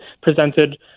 presented